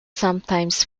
sometimes